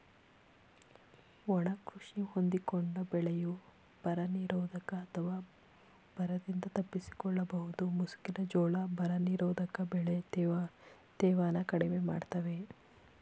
ಒಣ ಕೃಷಿ ಹೊಂದಿಕೊಂಡ ಬೆಳೆಯು ಬರನಿರೋಧಕ ಅಥವಾ ಬರದಿಂದ ತಪ್ಪಿಸಿಕೊಳ್ಳಬಹುದು ಮುಸುಕಿನ ಜೋಳ ಬರನಿರೋಧಕ ಬೆಳೆ ತೇವನ ಕಡಿಮೆ ಮಾಡ್ತವೆ